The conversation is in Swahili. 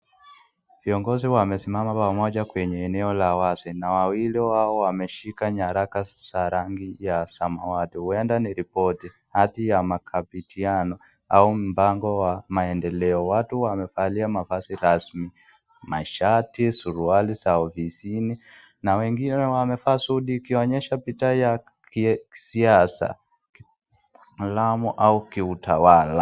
Viongozi wamesimama pamoja mwenye eneo la wazi na wawili wao wameshika nyaraka za rangi ya samawati, huenda ni ripoti, hadhi ya makabidhiano au mpango wa maendeleo. Watu wamevalia mavazi rasmi. Mashati, suruali za ofisini na wengine wamevaa suti ikionyesha picha ya kisiasa alama au kiutawala.